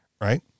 Right